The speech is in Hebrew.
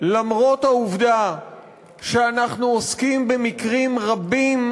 למרות העובדה שאנחנו עוסקים במקרים רבים,